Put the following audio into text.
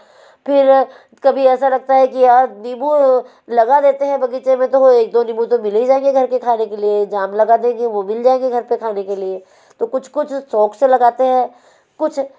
फिर कभी ऐसा लगता है कि यार नींबू लगा देते हैं बगीचे में तो वह एक दो नींबू तो मिल ही जाएँगे घर के खाने के लिए जाम लगा देंगे वह मिल जाएँगे घर पर खाने के लिए तो कुछ कुछ शौक से लगाते हैं कुछ